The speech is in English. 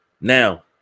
Now